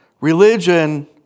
Religion